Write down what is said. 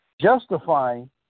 Justifying